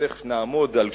ותיכף נעמוד על זה,